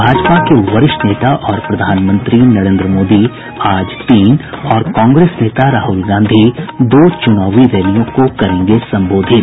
भाजपा के वरिष्ठ नेता और प्रधानमंत्री नरेन्द्र मोदी आज तीन और कांग्रेस नेता राहुल गांधी दो चुनावी रैलियों को करेंगे संबोधित